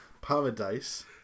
Paradise